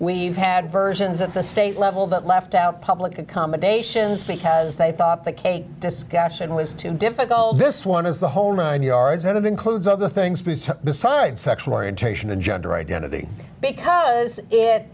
we've had versions at the state level that left out public accommodations because they thought the kate discussion was too difficult this one is the whole nine yards going to be includes other things besides sexual orientation and gender identity because it